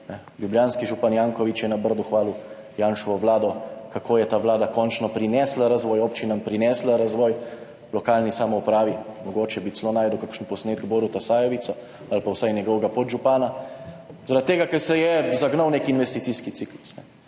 ljubljanski župan Janković je na Brdu hvalil Janševo vlado, kako je ta vlada končno prinesla razvoj občinam, prinesla razvoj lokalni samoupravi, mogoče bi celo našel kakšen posnetek Boruta Sajovica ali pa vsaj njegovega podžupana, zaradi tega, ker se je zagnal nek investicijski ciklus.